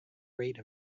rate